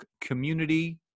community